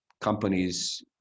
companies